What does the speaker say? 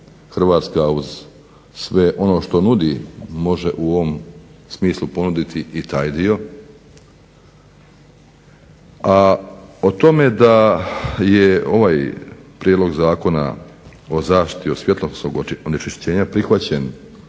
Hrvatska uz sve ono što nudi može u ovom smislu ponuditi i taj dio, a o tome da je ovaj Prijedlog zakona o zaštiti od svjetlosnog onečišćenja prihvaćen